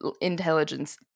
intelligence